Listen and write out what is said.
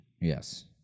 Yes